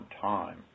time